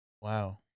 Wow